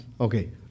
Okay